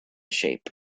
shape